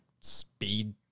speed